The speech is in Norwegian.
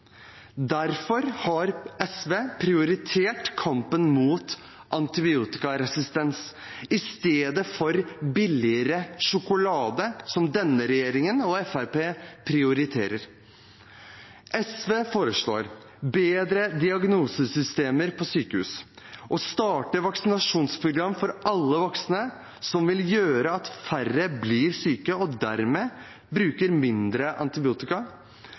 Derfor har SV prioritert kampen mot antibiotikaresistens i stedet for billigere sjokolade, som denne regjeringen og Fremskrittspartiet prioriterer. SV foreslår bedre diagnosesystemer på sykehus å starte vaksinasjonsprogram for alle voksne, noe som vil gjøre at færre blir syke og dermed bruker mindre antibiotika